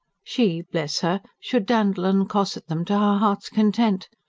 she, bless her, should dandle and cosset them to her heart's content.